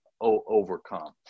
overcome